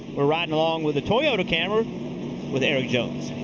we're riding along with the toyota camry with erik jones.